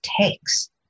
takes